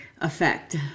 effect